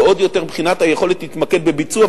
ועוד יותר מבחינת היכולת להתמקד בביצוע,